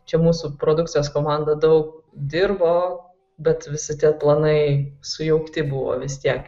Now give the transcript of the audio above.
čia mūsų produkcijos komanda daug dirbo bet visi tie planai sujaukti buvo vis tiek